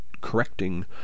correcting